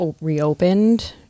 reopened